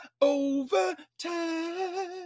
overtime